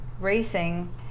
racing